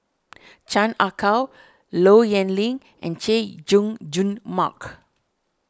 Chan Ah Kow Low Yen Ling and Chay Jung Jun Mark